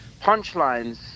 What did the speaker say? Punchlines